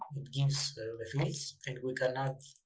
it gives the fields and we can add.